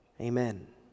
Amen